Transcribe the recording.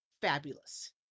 fabulous